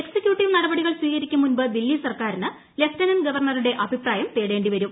executive നടപടികൾ സ്വീകരിക്കും മുൻപ് ദില്ലി സർക്കാരിന് ലെഫ്റ്റനന്റ് ഗവർണറുടെ അഭിപ്രായം തേടേണ്ടിവരും